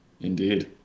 indeed